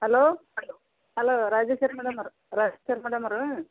hello hello Rajeshwari madam ಅವ್ರು Rajeshwari madam ಅವ್ರು